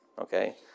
Okay